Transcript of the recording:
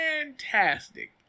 fantastic